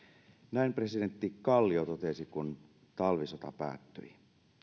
näin presidentti kallio totesi kun talvisota päättyi